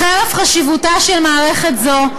חרף חשיבותה של מערכת זו,